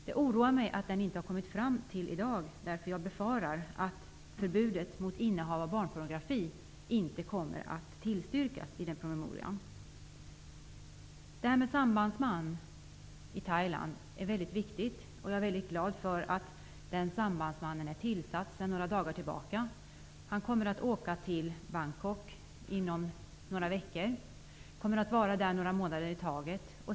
Det oroar mig att den inte har kommit fram till i dag, för jag befarar att förbudet mot innehav av barnpornografi inte kommer att tillstyrkas i promemorian. Att vi får en sambandsman i Thailand är mycket viktigt. Jag är mycket glad över att den sambandsmannen är utnämnd sedan några dagar tillbaka. Han kommer att åka till Bangkok inom några veckor. Han kommer att vara där några månader i taget.